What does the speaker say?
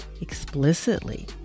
explicitly